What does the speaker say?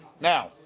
Now